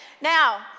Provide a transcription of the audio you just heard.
Now